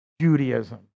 Judaism